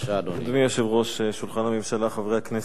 הממשלה, חברי הכנסת,